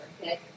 Okay